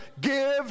give